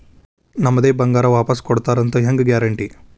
ನಮ್ಮದೇ ಬಂಗಾರ ವಾಪಸ್ ಕೊಡ್ತಾರಂತ ಹೆಂಗ್ ಗ್ಯಾರಂಟಿ?